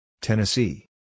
Tennessee